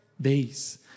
days